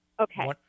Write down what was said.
okay